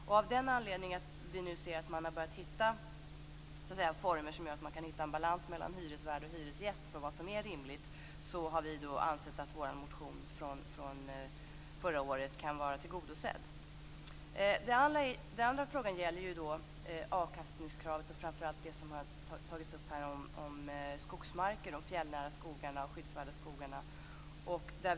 Av den anledningen att vi nu ser att man har börjat hitta former som gör att man kan få en balans mellan hyresvärd och hyresgäst för vad som är rimligt, har vi ansett att vår motion från förra året kan vara tillgodosedd. Den andra frågan gäller avkastningskravet, framför allt det som har tagits upp om skogsmarker, fjällnära skogar och skyddsvärda skogar.